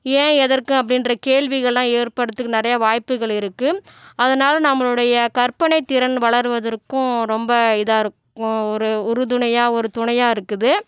ஏன் எதற்கு அப்படின்ற கேள்விகளெல்லாம் ஏற்படுறதுக்கு நிறையா வாய்ப்புகள் இருக்குது அதனால் நம்மளுடைய கற்பனை திறன் வளர்வதற்கும் ரொம்ப இதாக இருக்கும் ஒரு உறுதுணையாக ஒரு துணையாக இருக்குது